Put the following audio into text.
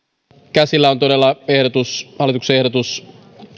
käsillä on todella hallituksen ehdotus